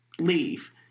leave